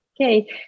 Okay